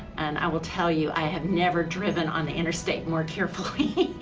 and i will tell you, i have never driven on the interstate more carefully.